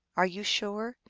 are you sure?